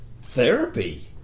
therapy